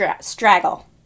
Straggle